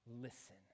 listen